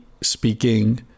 speaking